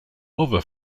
other